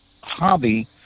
hobby